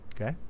Okay